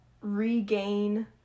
regain